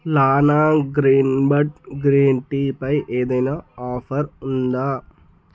లానా green bird green టీపై ఏదైనా offer ఉందా